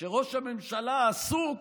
שראש הממשלה עסוק